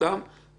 למדעים